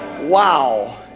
wow